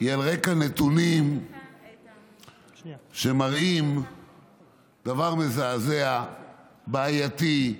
היא על רקע נתונים שמראים דבר מזעזע, בעייתי,